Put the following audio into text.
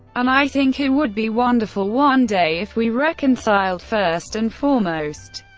and i think it would be wonderful, one day, if we reconciled, first and foremost.